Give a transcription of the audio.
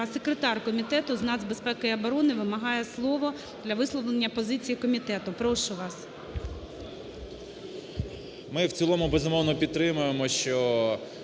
секретар Комітету з нацбезпеки і оборони вимагає слово для висловлення позиції комітету. Прошу вас. 10:52:50 ВІННИК І.Ю. Ми в цілому, безумовно, підтримуємо, що